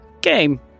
game